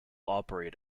operate